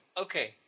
Okay